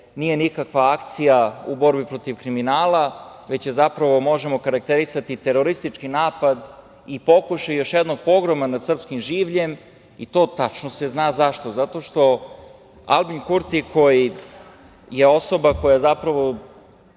nije nikakva akcija u borbi protiv kriminala, već to zapravo možemo okarakterisati kao teroristički napad i pokušaj još jednog pogroma nad srpskim življem, a tačno se zna i zašto - zato što je Albin Kurti osoba koja zapravo